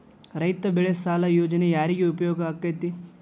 ರೈತ ಬೆಳೆ ಸಾಲ ಯೋಜನೆ ಯಾರಿಗೆ ಉಪಯೋಗ ಆಕ್ಕೆತಿ?